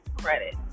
credit